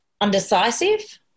undecisive